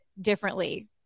differently